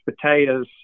potatoes